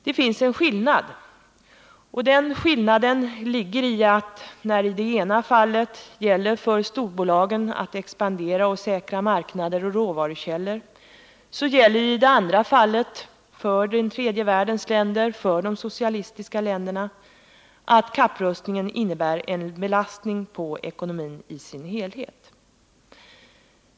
Det finns en skillnad, och den ligger i att när det i det ena fallet gäller för storbolagen att expandera, att säkra marknader och råvarukällor, så gäller det i det andra fallet för den tredje världens länder, för de socialistiska länderna, att kapprustningen innebär en belastning på ekonomin i dess helhet.